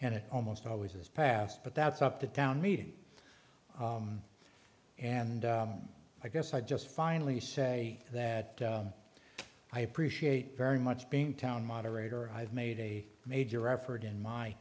and it almost always is passed but that's up to town meeting and i guess i just finally say that i appreciate very much being town moderator i've made a major effort in my